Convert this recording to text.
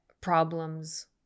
problems